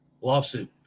lawsuit